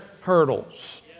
hurdles